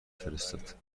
فرستاد